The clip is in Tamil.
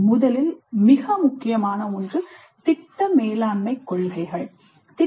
முதலில் மிக முக்கியமான ஒன்று "திட்ட மேலாண்மை கொள்கைகள்"